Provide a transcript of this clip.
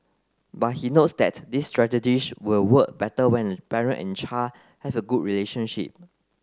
but he notes that these strategies will work better when a parent and child have a good relationship